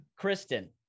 Kristen